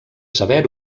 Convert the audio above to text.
saber